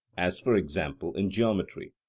as for example in geometry.